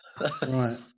Right